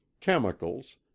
chemicals